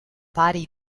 pari